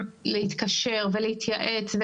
מפסיקים להתקשר ולהתייעץ.